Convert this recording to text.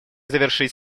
завершить